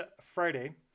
Friday